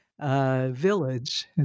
village